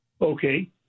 Okay